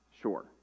Sure